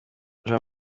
jean